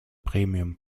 premium